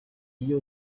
iyo